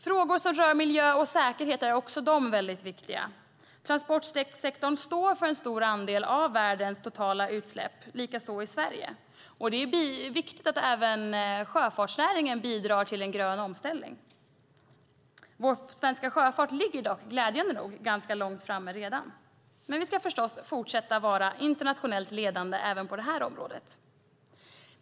Frågor som rör miljö och säkerhet är också mycket viktiga. Transportsektorn står för en stor andel av världens och Sveriges totala utsläpp, och det är viktigt att även sjöfartsnäringen bidrar till en grön omställning. Vår svenska sjöfart ligger glädjande nog redan ganska långt framme, men vi ska förstås fortsätta att vara internationellt ledande också på detta område.